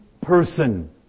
person